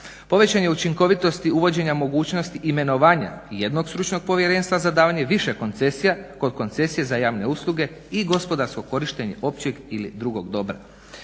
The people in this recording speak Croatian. Povećanje učinkovitosti, uvođenja mogućnosti imenovanja jednog stručnog povjerenstva za davanje više koncesija kod koncesije za javne usluge i gospodarsko korištenje općeg ili drugog dobra.